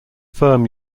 firm